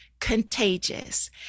contagious